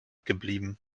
geblieben